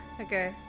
Okay